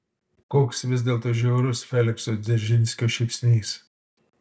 koks vis dėlto žiaurus felikso dzeržinskio šypsnys